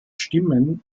stimmen